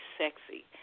sexy